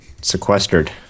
sequestered